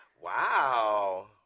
Wow